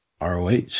ROH